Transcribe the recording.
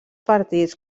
partits